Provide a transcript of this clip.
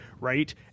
right